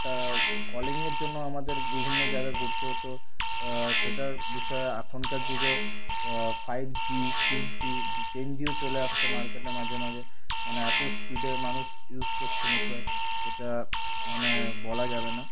একটা কলিংয়ের জন্য আমাদের বিভিন্ন জায়গা ঘুরতে হতো সেটার বিষয়ে এখনকার যুগে five G six G ten জিও চলে আসছে মার্কেটে মাঝে মাঝে মানে এতো স্পিডে মানুষ ইউজ করছে নেটওয়ার্ক যেটা মানে বলা যাবে না